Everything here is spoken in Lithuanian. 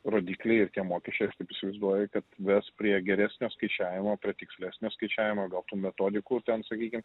rodikliai ir tie mokesčiai aš taip įsivaizduoju kad ves prie geresnio skaičiavimo prie tikslesnio skaičiavimo gal tų metodikų ten sakykim